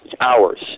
hours